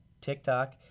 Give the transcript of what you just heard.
TikTok